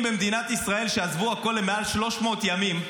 במדינת ישראל שעזבו הכול למעל ל-300 ימים,